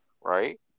right